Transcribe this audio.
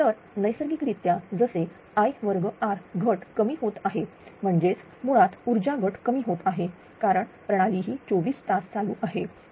तर नैसर्गिकरित्या जसे I2r घट कमी होत आहे म्हणजेच मुळात ऊर्जा घट कमी होत आहे कारण प्रणाली ही 24 तास चालू आहे